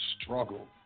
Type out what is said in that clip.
struggle